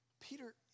Peter